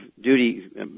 duty